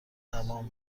تمام